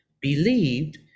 believed